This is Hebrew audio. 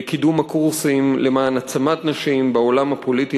קידום הקורסים למען העצמת נשים בעולם הפוליטי,